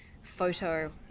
photo